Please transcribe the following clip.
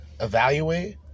evaluate